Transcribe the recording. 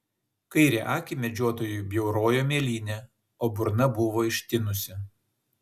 kairę akį medžiotojui bjaurojo mėlynė o burna buvo ištinusi